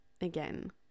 again